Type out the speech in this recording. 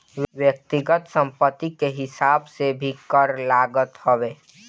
व्यक्तिगत संपत्ति के हिसाब से भी कर लागत हवे